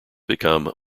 become